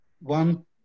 one